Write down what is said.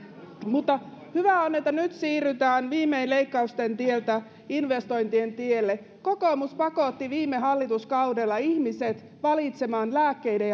mutta hyvä on että nyt siirrytään viimein leikkausten tieltä investointien tielle kokoomus pakotti viime hallituskaudella ihmiset valitsemaan lääkkeiden